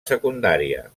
secundària